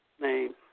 Name